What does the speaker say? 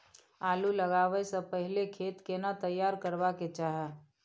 आलू लगाबै स पहिले खेत केना तैयार करबा के चाहय?